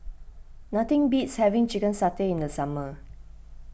nothing beats having Chicken Satay in the summer